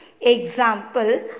Example